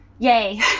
Yay